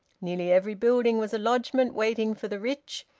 nearly every building was a lodgement waiting for the rich,